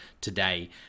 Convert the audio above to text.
today